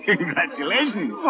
Congratulations